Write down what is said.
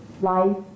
life